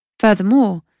Furthermore